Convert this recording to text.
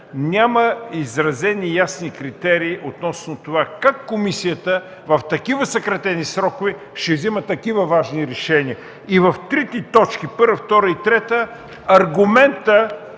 няма изразени ясни критерии относно това как комисията в такива съкратени срокове ще взема такива важни решения. И в трите точки – първа, втора и трета, аргументът,